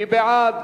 מי בעד?